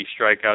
strikeouts